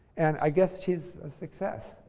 and i guess she's a success.